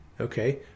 Okay